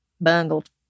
bungled